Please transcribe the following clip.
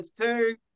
two